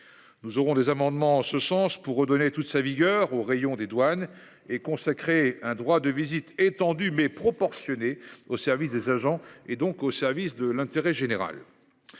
Nous aurons des amendements en ce sens pour redonner toute sa vigueur au rayons des douanes et consacrer un droit de visite étendue mais proportionnées au service des agents et donc au service de l'intérêt général.